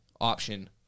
option